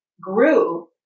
grew